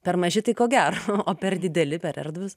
per maži tai ko gero o per dideli per erdvūs